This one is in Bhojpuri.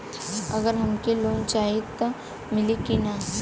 अगर हमके लोन चाही त मिली की ना?